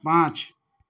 पाँच